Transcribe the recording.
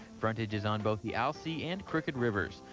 frontage is on both the alsea and cricket rivers.